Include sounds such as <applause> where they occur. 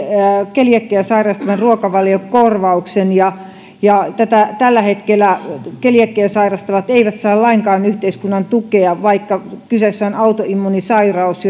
keliakiaa sairastavan ruokavaliokorvauksen ja ja tällä hetkellä keliakiaa sairastavat eivät saa lainkaan yhteiskunnan tukea vaikka kyseessä on autoimmuunisairaus <unintelligible>